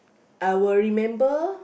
I will remember